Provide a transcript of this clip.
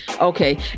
Okay